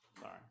Sorry